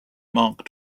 mark